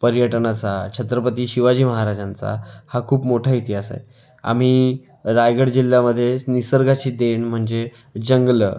पर्यटनाचा छत्रपती शिवाजी महाराजांचा हा खूप मोठा इतिहास आहे आम्ही रायगड जिल्ह्यामध्येच निसर्गाची देन म्हणजे जंगलं